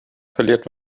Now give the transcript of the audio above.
verliert